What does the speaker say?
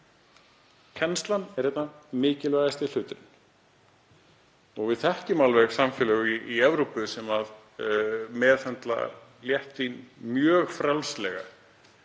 Kennslan er einna mikilvægasti hluturinn. Við þekkjum alveg samfélög í Evrópu sem meðhöndla léttvín mjög frjálslega,